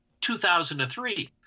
2003